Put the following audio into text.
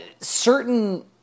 certain